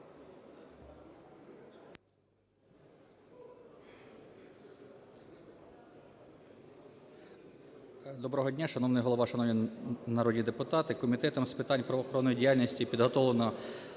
Доброго дня, шановний Голова, шановні народні депутати! Комітетом з питань правоохоронної діяльності підготовлено